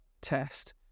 test